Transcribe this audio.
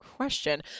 question